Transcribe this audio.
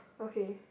okay